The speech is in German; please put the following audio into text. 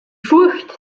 furcht